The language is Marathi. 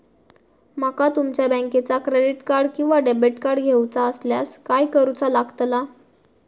माका तुमच्या बँकेचा क्रेडिट कार्ड किंवा डेबिट कार्ड घेऊचा असल्यास काय करूचा लागताला?